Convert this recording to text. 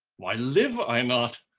why live i not?